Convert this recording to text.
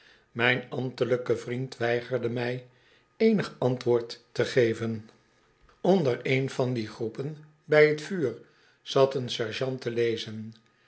mijn ambtelijke vriend weigerde mij eenig antwoord te geven onder een van die groepen by t vuur zat een sergeant te lezen